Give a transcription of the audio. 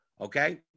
Okay